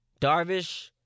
Darvish